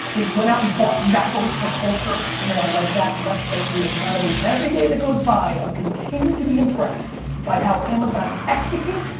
they went out and bought zappos for culture. you know i like that cause that's thank you economy. every day that goes by, i'm continued to be impressed by how amazon executes,